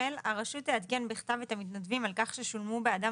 הרשות תעדכן בכתב את המתנדבים על כך ששולמו בעדם